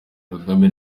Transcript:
kagame